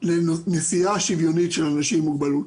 לנסיעה שוויונית של אנשים עם מוגבלות.